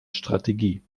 strategie